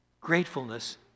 gratefulness